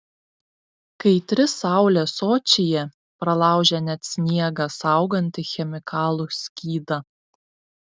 kaitri saulė sočyje pralaužia net sniegą saugantį chemikalų skydą